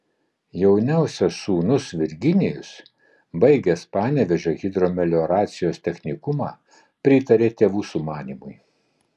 jauniausias sūnus virginijus baigęs panevėžio hidromelioracijos technikumą pritarė tėvų sumanymui